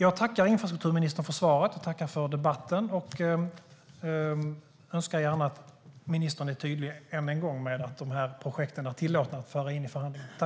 Jag tackar infrastrukturministern för svaret och för debatten och önskar gärna att ministern än en gång är tydlig med att de här projekten är tillåtna att föra in i förhandlingarna.